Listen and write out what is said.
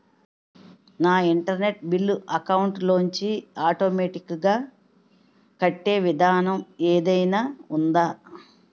నా internet bill account లోంచి automatic గా కట్టే విధానం ఏదైనా ఉందా?